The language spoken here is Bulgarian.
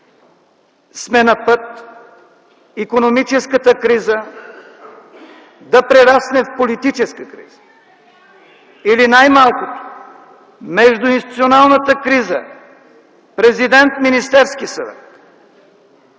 сме на път икономическата криза да прерасне в политическа криза или най-малкото междуинституционалната криза президент-Министерски съвет,